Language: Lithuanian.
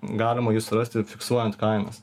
galima jį surasti fiksuojant kainas